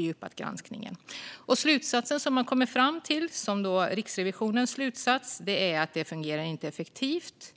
Det man har kommit fram till, Riksrevisionens slutsats, är att det inte fungerar effektivt